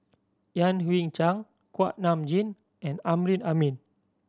Yan Hui Chang Kuak Nam Jin and Amrin Amin